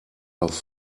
auf